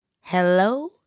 hello